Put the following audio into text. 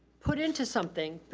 put into something,